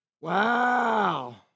Wow